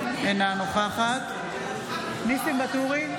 אינה נוכחת ניסים ואטורי,